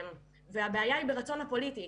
הבעיה היא ברצון הפוליטי.